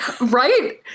Right